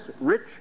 rich